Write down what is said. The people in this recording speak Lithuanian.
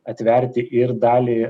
atverti ir dalį